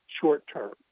short-term